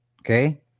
Okay